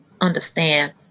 understand